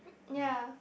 ya